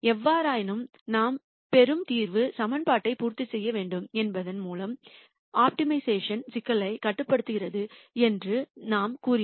எவ்வாறாயினும் நான் பெறும் தீர்வு சமன்பாட்டை பூர்த்தி செய்ய வேண்டும் என்பதன் மூலம் ஆப்டிமைசேஷன் சிக்கல் கட்டுப்படுத்தப்படுகிறது என்று நாம் கூறினோம்